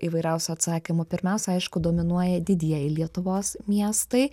įvairiausių atsakymų pirmiausia aišku dominuoja didieji lietuvos miestai